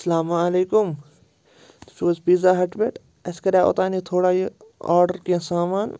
اَسَلامُ علیکُم تُہۍ چھُو حظ پیٖزا ہَٹ پٮ۪ٹھ اَسہِ کَراو اوٚتان یہِ تھوڑا یہِ آرڈَر کیٚنٛہہ سامان